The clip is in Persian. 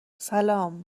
سلام